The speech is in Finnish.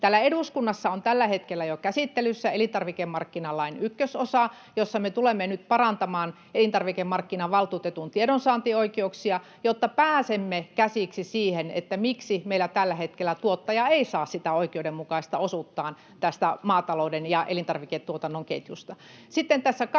Täällä eduskunnassa on tällä hetkellä jo käsittelyssä elintarvikemarkkinalain ykkösosa, jossa me tulemme nyt parantamaan elintarvikemarkkinavaltuutetun tiedonsaantioikeuksia, jotta pääsemme käsiksi siihen, miksi meillä tällä hetkellä tuottaja ei saa sitä oikeudenmukaista osuuttaan tästä maatalouden ja elintarviketuotannon ketjusta.